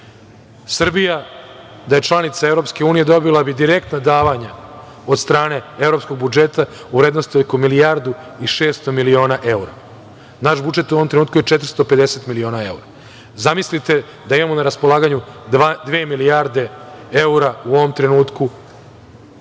Srbija da je članica EU dobila bi direktna davanja od strane evropskog budžeta u vrednosti od oko milijardu i 600 miliona evra. Naš budžet u ovom trenutku je 450 miliona evra. Zamislite da imamo na raspolaganju dve milijarde evra u ovom trenutku